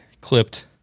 clipped